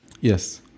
Yes